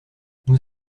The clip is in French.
nous